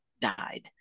died